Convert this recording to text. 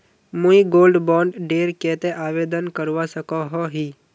मुई gold bond डेर केते आवेदन करवा सकोहो ही?